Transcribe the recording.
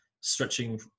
stretching